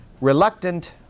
Reluctant